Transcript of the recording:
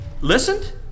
listened